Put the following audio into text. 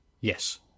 Yes